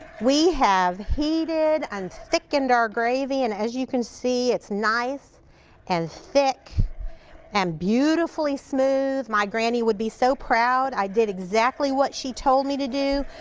we have heated and thickened our gravy and as you can see it's nice and thick and beautifully smooth. my granny would be so proud. i did exactly what she told me to do.